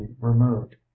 removed